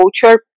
culture